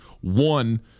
one